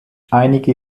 einige